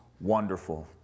wonderful